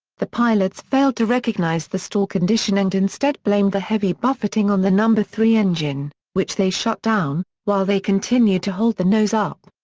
the pilots failed to recognize the stall condition and instead blamed the heavy buffeting on the three engine, which they shut down, while they continued to hold the nose up.